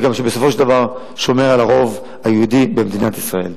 שבסופו של דבר גם שומר על הרוב היהודי במדינת ישראל.